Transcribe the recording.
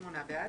שמונה בעד.